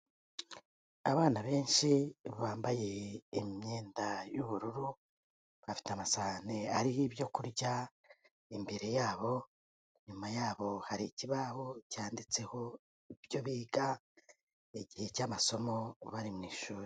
Abana benshi bambaye imyenda y'ubururu, bafite amasahani ariho ibyo kurya imbere yabo, inyuma yabo hari ikibaho cyanditseho ibyo biga igihe cy'amasomo bari mu ishuri.